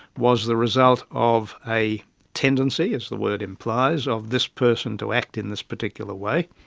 was the result of a tendency, as the word implies, of this person to act in this particular way,